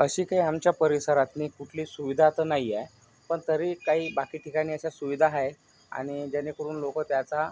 अशी काही आमच्या परिसरातून कुठली सुविधा तर नाही आहे पण तरी काही बाकी ठिकाणी अशा सुविधा आहे आणि जेणेकरून लोक त्याचा